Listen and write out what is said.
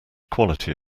quality